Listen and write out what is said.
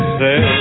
say